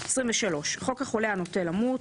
חוק23.בחוק החולה הנוטה למות,